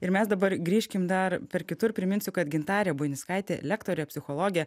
ir mes dabar grįžkim dar per kitur priminsiu kad gintarė buinickaitė lektorė psichologė